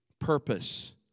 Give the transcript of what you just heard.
purpose